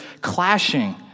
clashing